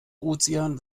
ozean